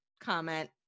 comment